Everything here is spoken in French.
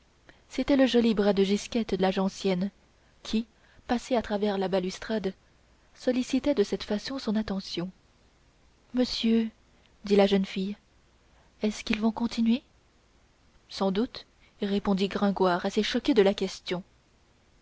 c'était le joli bras de gisquette la gencienne qui passé à travers la balustrade sollicitait de cette façon son attention monsieur dit la jeune fille est-ce qu'ils vont continuer sans doute répondit gringoire assez choqué de la question